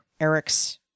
Eric's